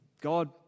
God